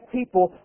people